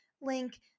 link